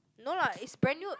no lah it's brand new